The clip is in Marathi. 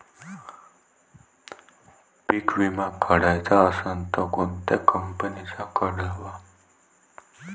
पीक विमा काढाचा असन त कोनत्या कंपनीचा काढाव?